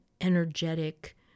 energetic